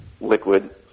liquid